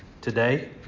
today